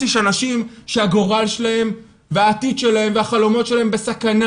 יש אנשים שהגורל שלהם והעתיד שלהם והחלומות שלהם בסכנה.